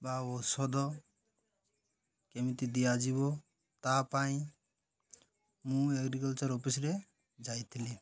ବା ଔଷଧ କେମିତି ଦିଆଯିବ ତା ପାଇଁ ମୁଁ ଏଗ୍ରିକଲଚର ଅଫିସରେ ଯାଇଥିଲି